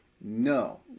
No